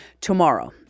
tomorrow